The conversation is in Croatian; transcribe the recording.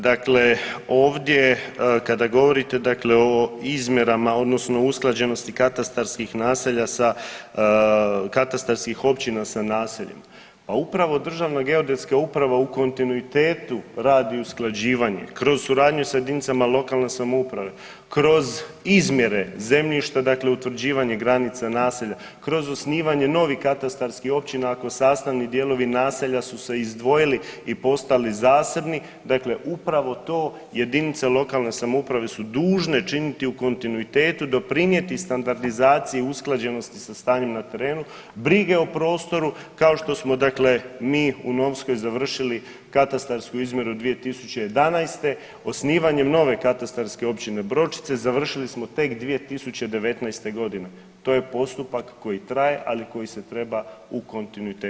Dakle, ovdje kada govorite dakle o izmjerama odnosno usklađenosti katastarskih naselja sa katastarskih općina sa naseljem, pa upravo Državna geodetska uprava u kontinuitetu radi usklađivanje, kroz suradnju s jedinicama lokalne samouprave, kroz izmjene zemljišta, dakle utvrđivanje granica naselja, kroz osnivanje novih katastarskih općina, ako sastavni dijelovi naselja su se izdvojili i postali zasebni, dakle upravo to jedinice lokalne samouprave su dužne činiti u kontinuitetu, doprinijeti standardizaciji i usklađenosti sa stanjem na terenu, brige o prostoru, kao što smo dakle, mi u Novskoj završili katastarsku izmjeru 2011. osnivanjem nove katastarske općine Bročice, završili smo tek 2019. g. To je postupak koji traje, ali koji se treba u kontinuitetu činiti.